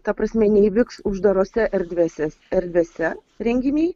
ta prasme neįvyks uždarose erdvėse erdvėse renginiai